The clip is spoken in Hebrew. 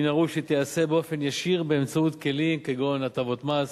מן הראוי שתיעשה באופן ישיר באמצעות כלים כגון הטבות מס,